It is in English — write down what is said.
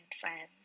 friends